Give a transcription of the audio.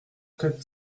quatre